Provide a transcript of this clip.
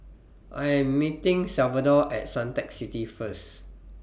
I Am meeting Salvador At Suntec City First